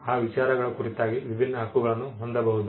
ಆ ವಿಚಾರಗಳ ಕುರಿತಾಗಿ ವಿಭಿನ್ನ ಹಕ್ಕುಗಳನ್ನು ಹೊಂದಬಹುದು